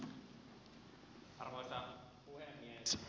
arvoisa puhemies